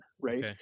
Right